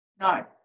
No